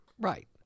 Right